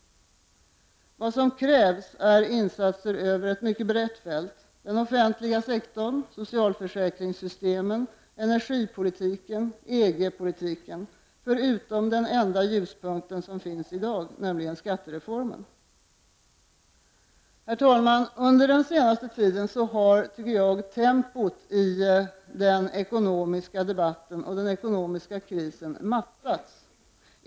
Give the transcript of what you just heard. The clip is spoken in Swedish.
Vad som krävs är insatser över ett mycket brett fält — den offentliga sektorn, socialförsäkringssystemen, energipolitiken, EG-politiken —- förutom den enda ljuspunkten som finns i dag, nämligen skattereformen. Herr talman! Under den senaste tiden har tempot mattats, både i den ekonomiska debatten och den ekonomiska krisen.